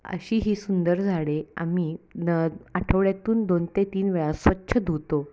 अशी ही सुंदर झाडे आम्ही न आठवड्यातून दोन ते तीन वेळा स्वच्छ धुतो